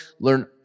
learn